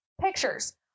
Pictures